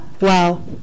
wow